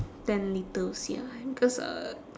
ten litres ya because uh